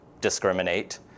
discriminate